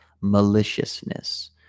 maliciousness